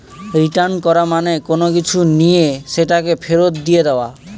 return করা মানে কোনো কিছু নিয়ে সেটাকে ফেরত দিয়ে দেওয়া